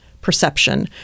perception